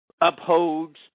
upholds